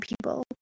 people